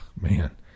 man